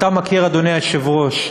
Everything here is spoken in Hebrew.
אתה מכיר, אדוני היושב-ראש,